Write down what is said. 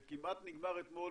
זה כמעט נגמר אתמול